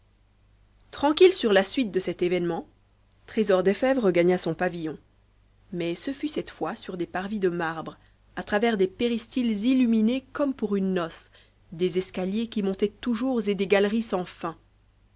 tranquille sur la suite de cet événement trésor des fèves regagna son pavillon mais ce fut cette fois sur des parvis de marbre a travers des péristyles illuminés comme pour une noce des escaliers qui montaient toujours et des galeries sans fin